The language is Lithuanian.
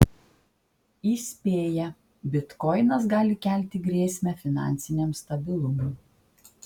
įspėja bitkoinas gali kelti grėsmę finansiniam stabilumui